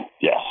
Yes